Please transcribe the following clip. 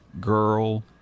girl